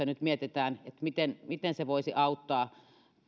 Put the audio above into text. nyt mietitään miten laki velkajärjestelystä voisi auttaa